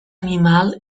animal